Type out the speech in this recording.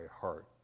heart